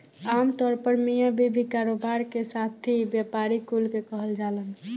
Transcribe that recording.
आमतौर पर मिया बीवी, कारोबार के साथी, व्यापारी कुल के कहल जालन